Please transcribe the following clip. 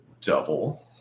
double